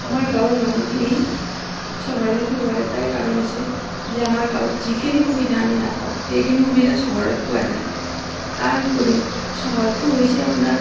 আমাৰ গাঁৱৰ মানুহখিনি চহৰমুখী হোৱাৰ এটাই কাৰণ আছে যে আমাৰ গাঁৱত যিখিনি সুবিধা আমি নাপাওঁ সেইখিনি সুবিধা চহৰত পোৱা যায় তাৰ উপৰিও চহৰটো হৈছে আপোনাৰ